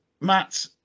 Matt